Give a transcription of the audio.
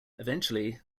eventually